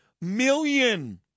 million